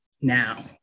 now